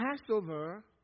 Passover